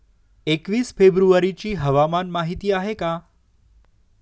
एकवीस फेब्रुवारीची हवामान माहिती आहे का?